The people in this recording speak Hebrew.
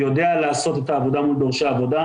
יודע לעשות את העבודה מול דורשי העבודה.